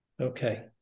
Okay